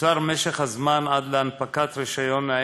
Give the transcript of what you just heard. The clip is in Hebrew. קוצר משך הזמן עד להנפקת רישיון העסק,